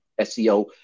SEO